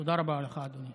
תודה רבה לך, אדוני.